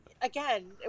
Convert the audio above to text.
again